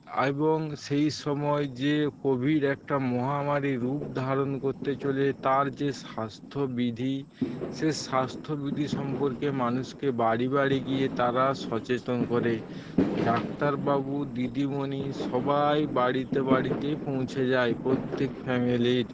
এবং সেই সময় যে কোভিড একটা মহামারী রুপ ধারণ করতে চলে তার যে স্বাস্থ্যবিধি সেই স্বাস্থ্যবিধি সম্পর্কে মানুষকে বাড়ি বাড়ি গিয়ে তারা সচেতন করে ডাক্তারবাবু দিদিমণি সবাই বাড়িতে বাড়িতে পৌঁছে যায় প্রত্যেক ফ্যামিলির